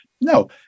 no